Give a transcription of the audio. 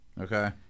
Okay